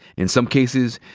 in some cases,